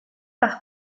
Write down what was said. par